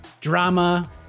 drama